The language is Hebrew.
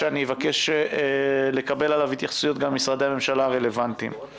שאבקש לקבל עליו התייחסויות גם ממשרדי הממשלה הרלוונטיים.